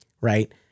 right